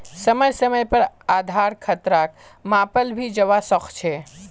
समय समय पर आधार खतराक मापाल भी जवा सक छे